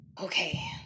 Okay